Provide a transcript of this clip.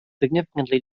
significantly